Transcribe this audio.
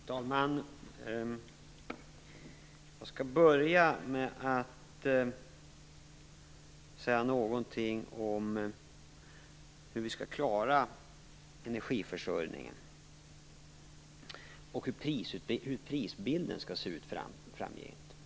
Herr talman! Jag skall börja med att säga någonting om hur vi skall klara energiförsörjningen och hur prisbilden skall se ut framgent.